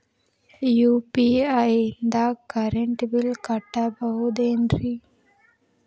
UPI ದಾಗ current bill ಕಟ್ಟಬಹುದೇನ್ರಿ?